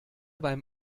beim